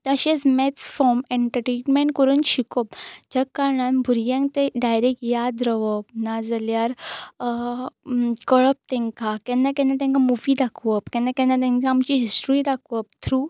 तशेंच maths from entertainment करून शिकोवप ज्या कारणान भुरग्यांक तें डायरॅक्ट याद रावप नाजाल्यार कळप तेंकां केन्ना केन्ना तेंकां मुवी दाखोवप केन्ना केन्ना तेंकां आमची हिस्ट्री दाखोवप थ्रू